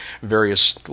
various